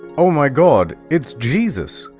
oh my god, it's jesus.